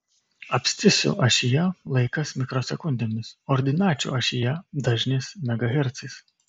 abscisių ašyje laikas mikrosekundėmis ordinačių ašyje dažnis megahercais